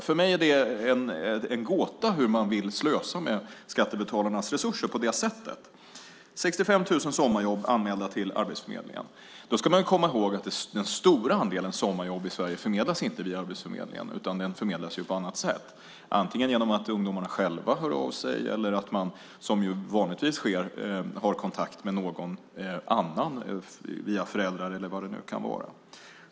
För mig är det en gåta att man vill slösa med skattebetalarnas resurser på det sättet. 65 000 sommarjobb är anmälda till Arbetsförmedlingen. Då ska man komma ihåg att den stora andelen sommarjobb i Sverige inte förmedlas via Arbetsförmedlingen utan förmedlas på annat sätt, antingen genom att ungdomarna själva hör av sig eller att de, som vanligtvis sker, har kontakt med någon annan via föräldrar eller vad det kan vara.